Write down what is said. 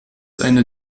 eine